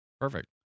Perfect